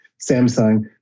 Samsung